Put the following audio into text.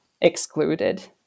excluded